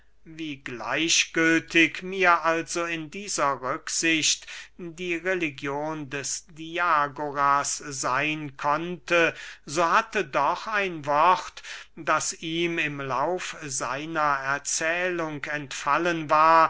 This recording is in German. wie gleichgültig mir also in dieser rücksicht die religion des diagoras seyn konnte so hatte doch ein wort das ihm im laufe seiner erzählung entfallen war